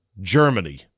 Germany